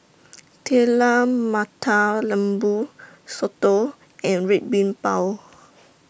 Telur Mata Lembu Soto and Red Bean Bao